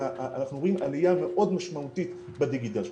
ואנחנו רואים עלייה מאוד משמעותית בדיגיטל שם.